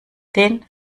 den